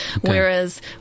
Whereas